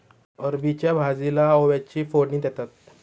अरबीच्या भाजीला ओव्याची फोडणी देतात